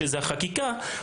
שזה החקיקה,